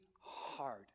hard